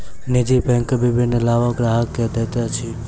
निजी बैंक विभिन्न लाभ ग्राहक के दैत अछि